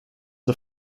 are